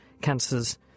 cancers